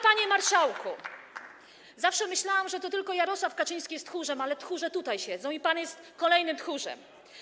Panie marszałku, zawsze myślałam, że to tylko Jarosław Kaczyński jest tchórzem, ale tchórze siedzą tutaj i pan jest kolejnym tchórzem.